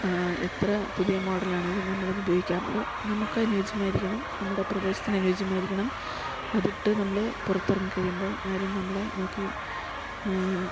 എത്ര പുതിയ മോഡലാണേലും നമ്മളത് ഉപയോഗിക്കാറുള്ളൂ നമുക്കനുയോജ്യമായിരിക്കണം നമ്മുടെ പ്രദേശത്തിന് അനുയോജ്യമായിരിക്കണം അതിട്ട് നമ്മള് പുറത്തിറങ്ങി കഴിയുമ്പോൾ ആരും നമ്മളെ നോക്കി